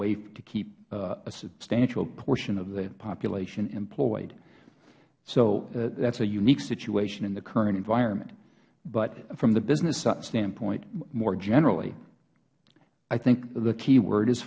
way to keep a substantial portion of the population employed that is a unique situation in the current environment from the business standpoint more generally i think the key word is